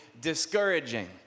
discouraging